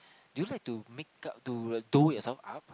do you like to make up do doll yourself up